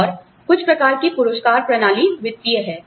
और कुछ प्रकार की पुरस्कार प्रणाली वित्तीय हैं